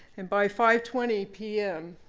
and by five twenty pm,